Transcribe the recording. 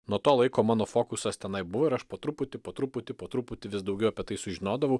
nuo to laiko mano fokusas tenai buvo ir aš po truputį po truputį po truputį vis daugiau apie tai sužinodavau